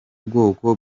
bwoko